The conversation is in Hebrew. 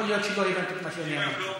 יכול להיות שלא הבנת את מה שאני אמרתי.